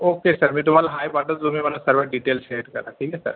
okay sir मी तुम्हाला आहे पाठवतो तुम्ही मला सर्व डिटेल्स सेंड करा ठीक आहे सर